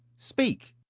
speak.